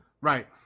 Right